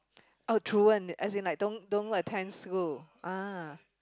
a true and as in like don't don't go attend school ah